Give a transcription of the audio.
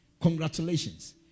Congratulations